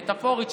מטאפורית,